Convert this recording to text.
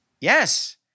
Yes